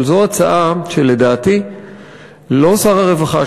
אבל זו הצעה שלדעתי לא שר הרווחה,